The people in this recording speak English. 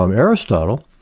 um aristotle,